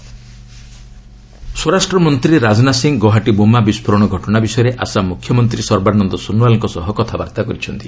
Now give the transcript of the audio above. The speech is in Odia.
ଏଚ୍ଏମ୍ ଆସାମ ସ୍ୱରାଷ୍ଟ୍ର ମନ୍ତ୍ରୀ ରାଜନାଥ ସିଂ ଗୌହାଟୀ ବୋମା ବିସ୍ଫୋରଣ ଘଟଣା ବିଷୟରେ ଆସାମ ମ୍ରଖ୍ୟମନ୍ତ୍ରୀ ସର୍ବାନନ୍ଦ ସୋନୋୱାଲ୍ଙ୍କ ସହ କଥାବାର୍ଭା କରିଛନ୍ତି